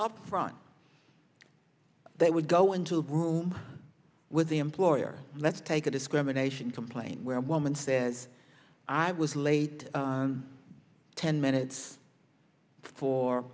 up front they would go into a room with the employer let's take a discrimination complaint where a woman says i was late ten minutes for